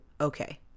okay